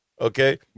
okay